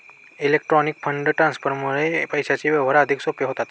electronic fund ट्रान्सफरमुळे पैशांचे व्यवहार अधिक सोपे होतात